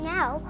Now